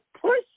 push